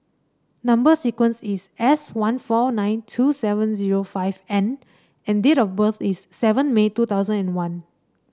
number sequence is S one four nine two seven zero five N and date of birth is seven May two thousand and one